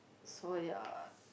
so ya